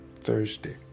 Thursday